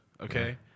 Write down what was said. Okay